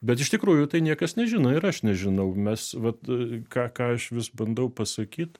bet iš tikrųjų tai niekas nežino ir aš nežinau mes vat ką ką aš vis bandau pasakyt